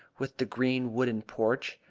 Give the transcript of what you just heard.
with the green wooden porch!